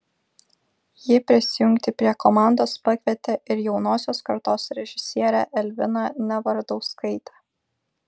ji prisijungti prie komandos pakvietė ir jaunosios kartos režisierę elviną nevardauskaitę